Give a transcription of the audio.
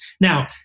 Now